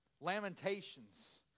Lamentations